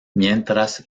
mientras